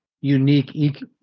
unique